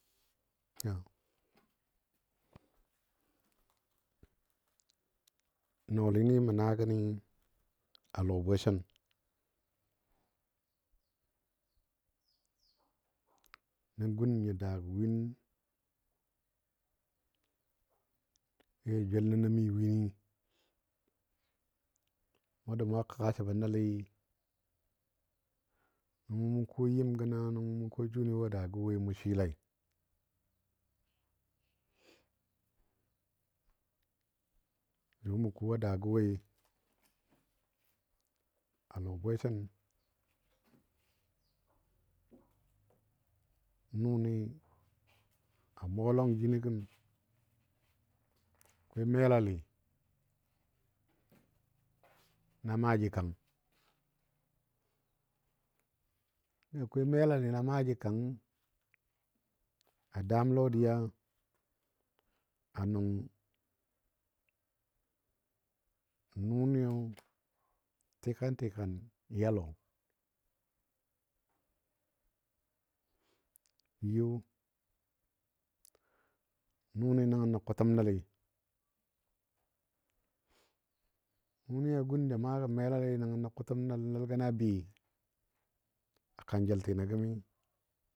Nɔɔli ni mə naagəni a lɔbwesən nə gun nyo daagɔ win kegɔ joul. nənɔ mi wini mʊ da mu a kəga səbə nəli, nəmo mʊ ko yɨm gənɔ nəmo mʊ ko jʊni wo a daa. gə woi mʊ swɨlai, jʊ mə ko a daagɔ woi a lɔ bwesən nʊni a mʊgɔ. lɔng jini gəm akwai melali, na maaji kang na akwai melali na maaji kang a daam. lɔdiya a nʊng nʊniyo tikan tikan n ya lɔ. Yo nʊni nəngənɔ kʊtəm nəli nʊni a gun. ja maa gəm melali nəngənɔ kʊtəm nəl nəl gəna bɨ kanjəltinɔ gəmi.